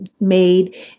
made